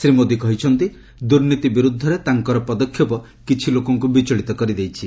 ଶ୍ରୀ ମୋଦି କହିଛନ୍ତି ଦୁର୍ନୀତି ବିରୁଦ୍ଧରେ ତାଙ୍କର ପଦକ୍ଷେପ କିଛି ଲୋକଙ୍କୁ ବିଚଳିତ କରି ଦେଇଛି